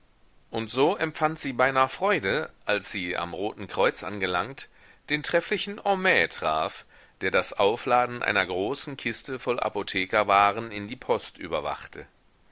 und so empfand sie beinahe freude als sie am roten kreuz angelangt den trefflichen homais traf der das aufladen einer großen kiste voll apothekerwaren in die post überwachte